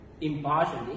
impartially